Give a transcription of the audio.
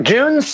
June